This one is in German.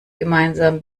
gemeinsame